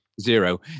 Zero